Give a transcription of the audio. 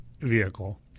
vehicle